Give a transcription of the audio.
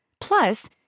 Plus